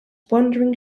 wandering